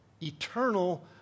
Eternal